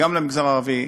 גם למגזר הערבי,